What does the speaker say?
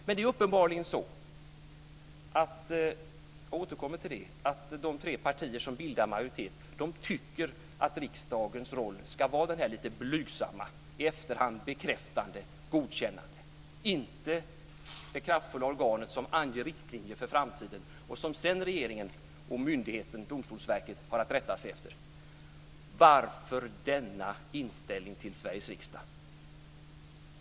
Men det är uppenbarligen så - jag återkommer till det - att de tre partier som bildar majoritet tycker att riksdagens roll ska vara den lite blygsamma, i efterhand bekräftande och godkännande, inte det kraftfulla organ som anger riktlinjer för framtiden och som regeringen och myndigheten, Domstolsverket, sedan har att rätta sig efter. Varför denna inställning till Sveriges riksdag?